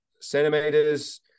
centimeters